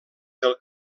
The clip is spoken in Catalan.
del